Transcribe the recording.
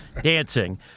dancing